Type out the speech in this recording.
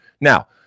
Now